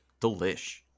delish